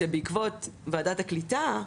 שבעקבות ועדת הקליטה,